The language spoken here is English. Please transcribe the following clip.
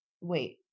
wait